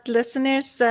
listeners